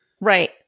Right